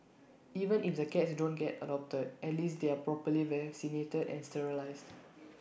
even if the cats don't get adopted at least they are properly vaccinated and sterilised